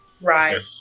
Right